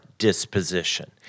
disposition